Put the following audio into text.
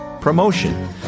Promotion